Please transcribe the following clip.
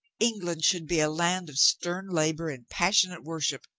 england should be a land of stern labor and passionate worship,